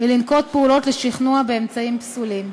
ולנקוט פעולות לשכנוע באמצעים פסולים.